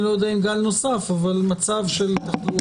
אני לא יודע אם גל נוסף, אבל מצב של תחלואה